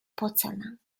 porzellan